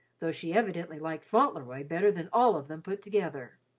though she evidently liked fauntleroy better than all of them put together.